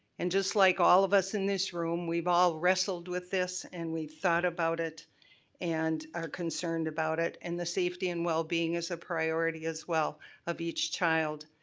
and just like all of us in this room, we've all wrestled with this and we've thought about it and are concerned about it. and the safety and wellbeing is a priority as well of each child.